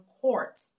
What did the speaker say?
Court